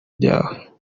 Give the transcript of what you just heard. byawe